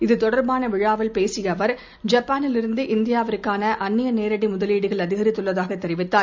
இது தொடர்பானவிழாவில் பேசியஅவர் ஜப்பானிலிருந்து இந்தியாவிற்கானஅந்நியநேரடிமுதலீடுகள் அதிகரித்துள்ளதாகதெரிவித்தார்